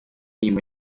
inyuma